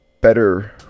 better